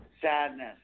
sadness